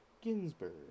Ginsburg